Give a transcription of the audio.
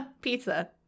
Pizza